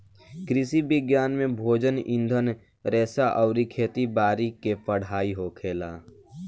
कृषि विज्ञान में भोजन, ईंधन रेशा अउरी खेती बारी के पढ़ाई होखेला